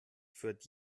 führt